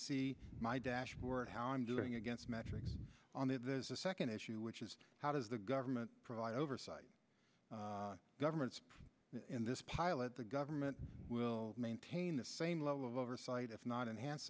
see my dashboard how i'm doing against metrics on the second issue which is how does the government provide oversight governments in this pilot the government will maintain the same level of oversight it's not enhanced